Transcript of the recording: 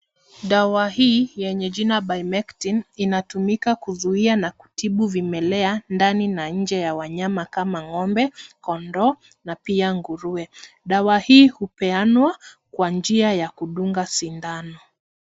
Dawa hii yenye jina Bimectine inatumika kuzuia na kutibu vimelea ndani na nje ya wanyama kama ngombe, kondoo na pia nguruwe. Dawa hii hupeanwa kwa njia ya kudunga sindano.